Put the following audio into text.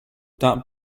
that